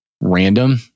random